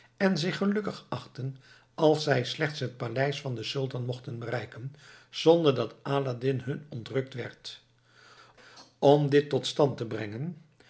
en zich gelukkig achtten als zij slechts het paleis van den sultan mochten bereiken zonder dat aladdin hun ontrukt werd om dit tot stand te brengen